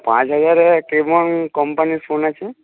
পাঁচ হাজারে কেমন কম্পানির ফোন আছে